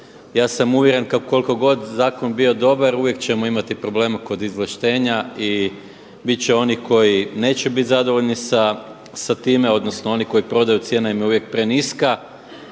ja sam uvjeren koliko god zakon bio dobar uvijek ćemo imati problema kod izvlaštenja i bit će onih koji neće bit zadovoljni sa time, odnosno oni koji prodaju cijena im je uvijek preniska.